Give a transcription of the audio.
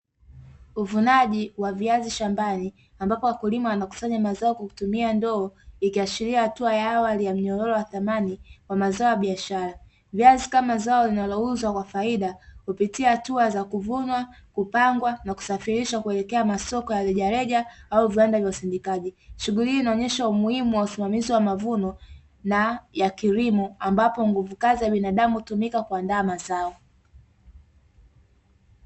Uvunaji wa viazi shambani ambapo wakulima wanakusanya mazao kwa kutumia ndoo ikiashiria hatua ya awali ya mnyororo wa thamani kwa mazao ya biashara. Viazi kama zao linalouzwa kwa faida hupitia hatua za kuvunwa, kupangwa na kusafirishwa kuelekea masoko ya rejareja au viwanda vya usindikaji. Shughuli hii inaonyesha umuhimu wa usimamizi wa mavuno na ya kilimo ambapo nguvu kazi ya binadamu hutumika kuandaa mazao.